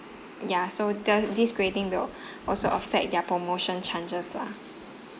ya so the this grading will also affect their promotion chances lah